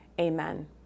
Amen